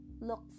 look